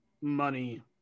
money